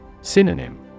Synonym